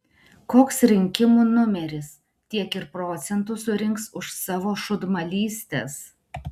koks rinkimų numeris tiek ir procentų surinks už savo šūdmalystes